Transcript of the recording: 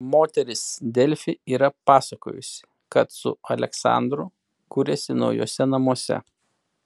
moteris delfi yra pasakojusi kad su aleksandru kuriasi naujuose namuose